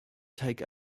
take